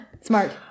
Smart